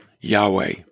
Yahweh